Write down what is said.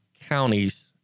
counties